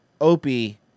Opie